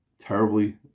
terribly